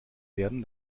werden